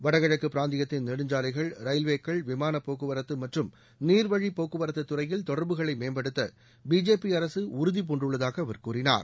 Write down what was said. வடகிழக்கு பிராந்தியத்தின் நெடுஞ்சாலைகள் ரயில்வேக்கள் விமானப்போக்குவரத்து மற்றும் நீர்வழிப்போக்குவரத்து துறையில் தொடர்புகளை மேம்படுத்த பிஜேபி அரசு உறுதிபூண்டுள்ளதாக அவர் கூறினார்